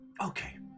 Okay